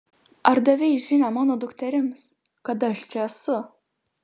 ar davei žinią mano dukterims kad aš čia esu